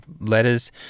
letters